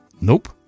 Nope